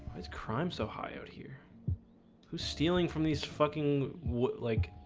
it's crime so high out here who's stealing from these fucking would like